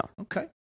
Okay